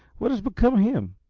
what has become of him?